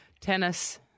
Tennis